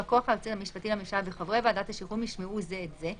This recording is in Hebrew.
בא כוח היועץ המשפטי לממשלה וחברי ועדת השחרורים ישמעו זה את זה,